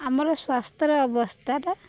ଆମର ସ୍ୱାସ୍ଥ୍ୟର ଅବସ୍ଥାଟା